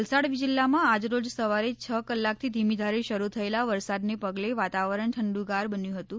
વલસાડ જિલ્લામાં આજરોજ સવારે છ કલાકથી ધીમી ધારે શરૂ થયેલા વરસાદના પગલે વાતાવરણ ઠંડુગાર બન્યું હતું